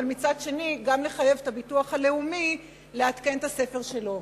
אבל מצד שני גם לחייב את הביטוח הלאומי לעדכן את הספר שלו.